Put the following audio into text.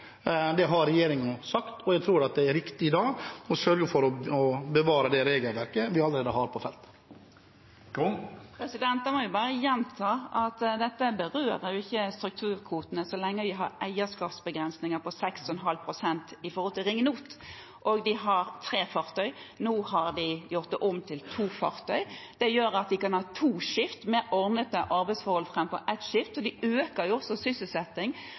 Det har regjeringen sagt, og da tror jeg det er riktig å sørge for å bevare det regelverket vi allerede har på feltet. Da må jeg bare gjenta at dette ikke berører strukturkvotene så lenge det er eierskapsbegrensninger på 6,5 pst. for ringnot. De har hatt tre fartøy, nå har de gjort om til to fartøy. Det gjør at de kan ha to skift med ordnede arbeidsforhold fremfor ett skift, og de øker